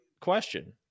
question